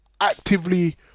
actively